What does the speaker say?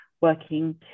working